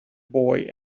boy